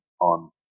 on